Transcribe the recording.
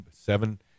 seven